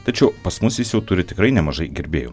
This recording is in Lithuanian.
tačiau pas mus jis jau turi tikrai nemažai gerbėjų